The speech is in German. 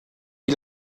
die